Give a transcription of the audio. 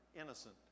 Innocent